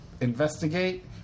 investigate